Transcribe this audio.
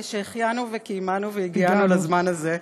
שהחיינו וקיימנו והגיענו לזמן הזה.